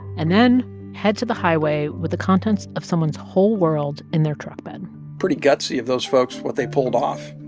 and then head to the highway with the contents of someone's whole world in their truck bed pretty gutsy of those folks, what they pulled off,